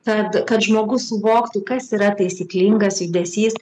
kad kad žmogus suvoktų kas yra taisyklingas judesys